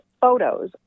photos